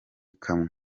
kamwe